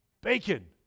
Bacon